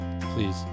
please